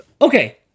okay